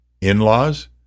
In-laws